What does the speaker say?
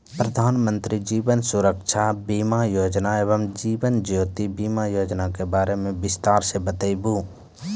प्रधान मंत्री जीवन सुरक्षा बीमा योजना एवं जीवन ज्योति बीमा योजना के बारे मे बिसतार से बताबू?